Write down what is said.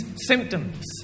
symptoms